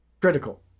critical